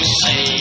say